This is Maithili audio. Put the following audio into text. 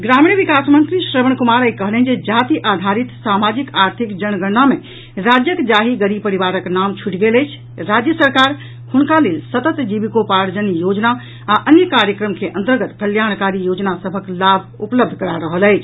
ग्रामीण विकास मंत्री श्रवण कुमार आइ कहलनि जे जाति आधारित सामाजिक आर्थिक जनगणना मे राज्यक जाहि गरीब परिवारक नाम छूटि गेल अछि राज्य सरकार हुनका लेल सतत जीविकोपार्जन योजना आ अन्य कार्यक्रम के अंतर्गत कल्याणकारी योजना सभक लाभ उपलब्ध करा रहल अछि